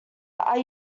are